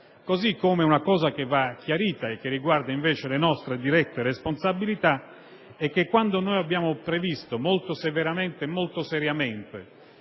aspetto che va chiarito, e che riguarda invece le nostre dirette responsabilità, è che quando abbiamo previsto molto severamente e molto seriamente